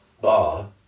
bar